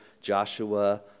Joshua